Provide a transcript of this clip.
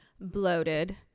Bloated